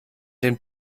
den